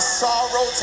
sorrow